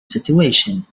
situation